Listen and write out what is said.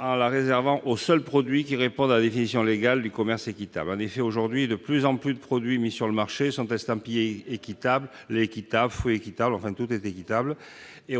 en la réservant aux seuls produits qui répondent à la définition légale du commerce équitable. Aujourd'hui, de plus en plus de produits mis sur le marché sont estampillés « équitables »- le lait, les fruits ... -et